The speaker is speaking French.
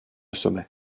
sommet